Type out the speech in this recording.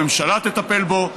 הממשלה תטפל בו,